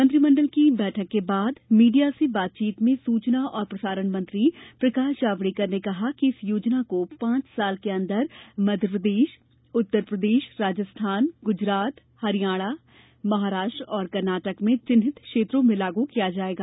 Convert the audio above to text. मंत्रिमंडल की बैठक के बाद मीडिया से बातचीत में सूचना और प्रसारण मंत्री प्रकाश जावड़ेकर ने कहा कि इस योजना को पांच वर्ष के अंदर मध्ययप्रदेश उत्तर प्रदेश राजस्थान गुजरात हरियाणा महाराष्ट्र और कर्नाटक में चिन्हित क्षेत्रों में लागू किया जाएगा